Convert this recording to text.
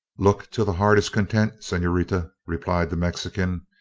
look till the heart is content, senorita, replied the mexican,